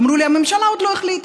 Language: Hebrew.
אמרו לי: הממשלה עוד לא החליטה.